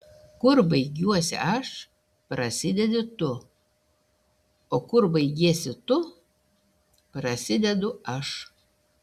kur baigiuosi aš prasidedi tu o kur baigiesi tu prasidedu aš